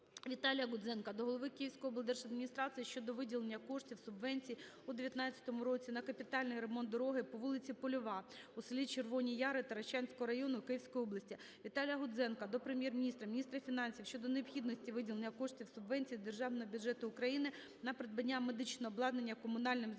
Віталія Гудзенка до голови Київської облдержадміністрації щодо виділення коштів (субвенції) у 19-му році на капітальний ремонт дороги по вулиці Польова в селі Червоні Яри Таращанського району Київської області. Віталія Гудзенка до Прем'єр-міністра, міністра фінансів щодо необхідності виділення коштів (субвенції) з Державного бюджету України на придбання медичного обладнання комунальним закладам